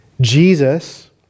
Jesus